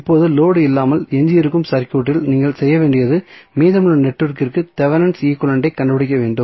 இப்போது லோடு இல்லாமல் எஞ்சியிருக்கும் சர்க்யூட்டில் நீங்கள் செய்ய வேண்டியது மீதமுள்ள நெட்வொர்க்கிற்கு தெவெனின் ஈக்வலன்ட் ஐ கண்டுபிடிக்க வேண்டும்